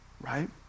right